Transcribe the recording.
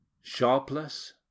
Sharpless